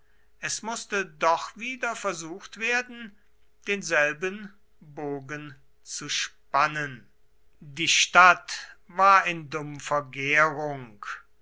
es mußte doch wieder versucht werden denselben boten zu spannen die stadt war in dumpfer gärung